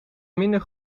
minder